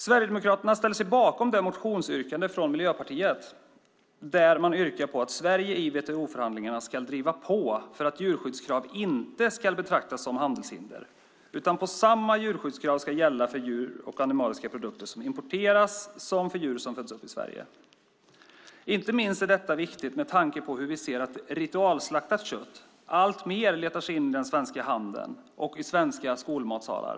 Sverigedemokraterna ställer sig bakom motionsyrkandet från Miljöpartiet om att Sverige i WTO-förhandlingarna ska driva på för att djurskyddskrav inte ska betraktas som handelshinder utan att samma djurskyddskrav ska gälla för djur och animaliska produkter som importeras som för djur som föds upp i Sverige. Det är viktigt inte minst med tanke på hur vi ser att ritualslaktat kött alltmer letar sig in i den svenska handeln och i svenska skolmatsalar.